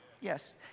Yes